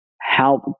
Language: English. help